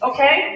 Okay